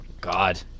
God